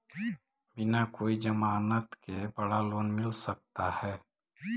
बिना कोई जमानत के बड़ा लोन मिल सकता है?